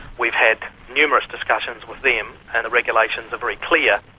we've had numerous discussions with them and the regulations are very clear.